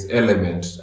element